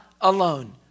alone